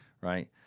Right